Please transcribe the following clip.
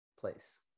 place